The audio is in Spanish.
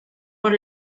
por